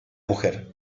mujer